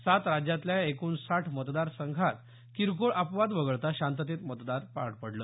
सात राज्यांतल्या एकोणसाठ मतदार संघांत किरकोळ अपवाद वगळता शांततेत मतदान पार पडलं